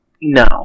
no